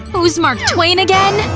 who's mark twain again?